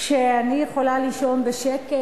שאני יכולה לישון בשקט,